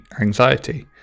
anxiety